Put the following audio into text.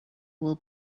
will